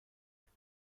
دارم